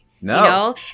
no